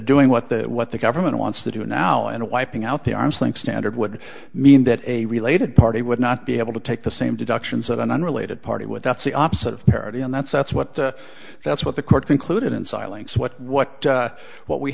doing what the what the government wants to do now and wiping out the arm's length standard would mean that a related party would not be able to take the same deductions that an unrelated party would that's the opposite of parity and that's that's what that's what the court concluded in silence what what what we